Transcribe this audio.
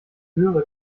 höhere